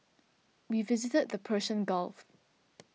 we visited the Persian Gulf